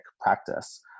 practice